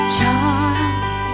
Charles